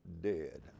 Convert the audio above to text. dead